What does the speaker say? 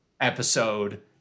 episode